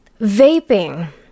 Vaping